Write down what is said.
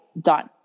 done